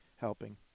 helping